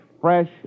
fresh